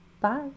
Bye